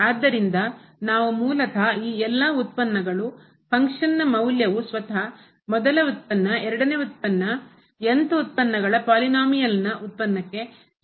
ಆದ್ದರಿಂದ ನಾವು ಮೂಲತಃ ಈ ಎಲ್ಲಾ ಉತ್ಪನ್ನಗಳು ಫಂಕ್ಷನ್ನನ ಮೌಲ್ಯವು ಕಾರ್ಯವು ಸ್ವತಃ ಮೊದಲ ವ್ಯುತ್ಪನ್ನ ಎರಡನೆಯ ವ್ಯುತ್ಪನ್ನ th ವ್ಯುತ್ಪನ್ನಗಳನ್ನ ಪಾಲಿನೋಮಿಯಲ್ನ ಬಹುಪದದ ಉತ್ಪನ್ನಕ್ಕೆ ಸಮಾನವಾಗಿವೆ ಎಂದು ಭಾವಿಸೋಣ